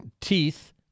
teeth